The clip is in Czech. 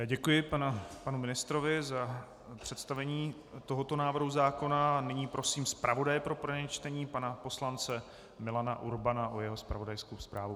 Děkuji panu ministrovi za představení tohoto návrhu zákona a nyní prosím zpravodaje pro prvé čtení pana poslance Milana Urbana o jeho zpravodajskou zprávu.